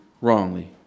wrongly